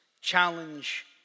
challenge